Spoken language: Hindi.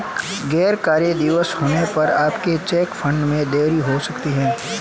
गैर कार्य दिवस होने पर आपके चेक फंड में देरी हो सकती है